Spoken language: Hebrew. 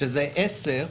כשזה 10%,